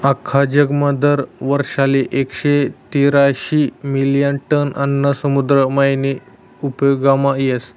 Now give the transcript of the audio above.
आख्खा जगमा दर वरीसले एकशे तेरेचायीस मिलियन टन आन्न समुद्र मायीन उपेगमा येस